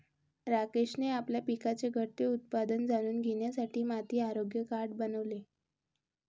राकेशने आपल्या पिकाचे घटते उत्पादन जाणून घेण्यासाठी माती आरोग्य कार्ड बनवले